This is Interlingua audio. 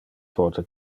pote